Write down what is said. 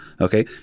Okay